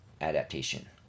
adaptation